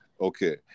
Okay